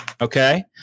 Okay